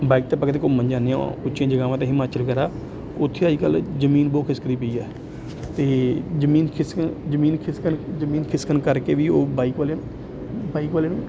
bike 'ਤੇ ਆਪਾਂ ਕਦੀ ਘੁੰਮਣ ਜਾਂਦੇ ਹਾਂ ਉ ਉੱਚੀਆਂ ਜਗ੍ਹਾਵਾਂ 'ਤੇ ਹਿਮਾਚਲ ਵਗੈਰਾ ਉੱਥੇ ਅੱਜ ਕੱਲ੍ਹ ਜਮੀਨ ਬਹੁਤ ਖਿਸਕਦੀ ਪਈ ਹੈ ਅਤੇ ਜਮੀਨ ਖਿਸਕਣ ਜਮੀਨ ਖਿਸਕਣ ਜਮੀਨ ਖਿਸਕਣ ਕਰਕੇ ਵੀ ਉਹ ਬਾਈਕ ਵਾਲੇ ਬਾਈਕ ਵਾਲੇ ਨੂੰ